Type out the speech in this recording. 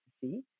see